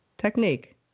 technique